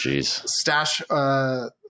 Stash